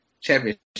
championship